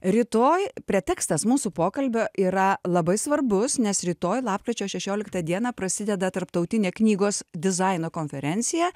rytoj pretekstas mūsų pokalbio yra labai svarbus nes rytoj lapkričio šešioliktą dieną prasideda tarptautinė knygos dizaino konferencija